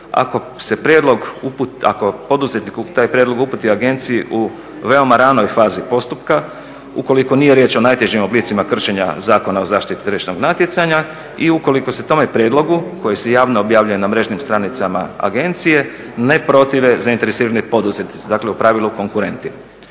taj prijedlog uputi agenciji u veoma ranoj fazi postupka ukoliko nije riječ o najtežim oblicima kršenja Zakona o zaštiti tržišnog natjecanja i ukoliko se tome prijedlogu koji se javno objavljuje na mrežnim stranicama agencije ne protive zainteresirani poduzetnici, dakle u pravilu konkurenti.